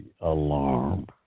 alarm